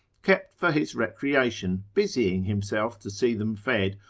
kept for his recreation, busying himself to see them fed,